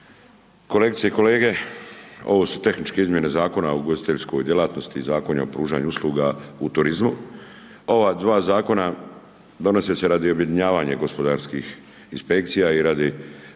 kolegice i kolege. Ovo su tehničke izmjene Zakona o ugostiteljskoj djelatnosti i Zakona o pružanju usluga u turizmu, ova dva Zakona donose se radi objedinjavanja gospodarskih inspekcija i radi ponovnog